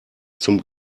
zum